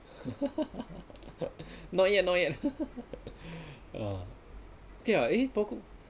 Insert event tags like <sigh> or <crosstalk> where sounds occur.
<laughs> not yet not yet <laughs> mm ya eh but